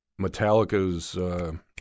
Metallica's –